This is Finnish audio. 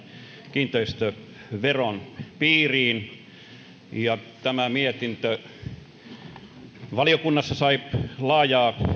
kiinteistöveron piiriin tämä mietintö sai valiokunnassa laajaa